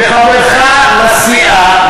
וחברך לסיעה,